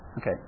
Okay